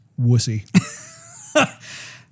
Wussy